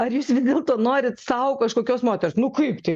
ar jūs vis dėlto norit sau kažkokios moters nu kaip tai